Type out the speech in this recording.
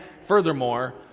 furthermore